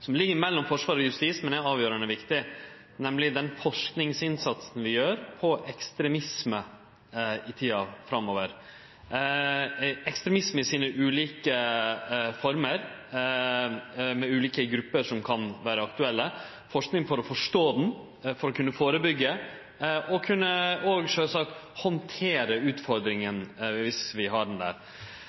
som ligg mellom forsvar og justis, men som er avgjerande viktig, nemlig den forskingsinnsatsen vi gjer på ekstremisme i tida framover: ekstremisme i sine ulike former, med ulike grupper som kan vere aktuelle, forsking for å forstå, for å kunne førebyggje og sjølvsagt for å kunne handtere utfordringa viss ho er der.